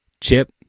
Chip